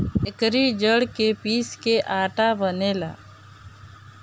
एकरी जड़ के पीस के आटा बनेला